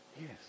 yes